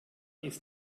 ist